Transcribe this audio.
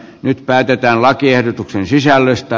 nyt päätetään lakiehdotuksen sisällöstä